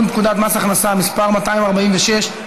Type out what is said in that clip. התקבלה בקריאה ראשונה,